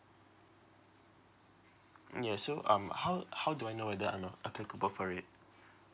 yeah so um how how do I know that I'm uh applicable for it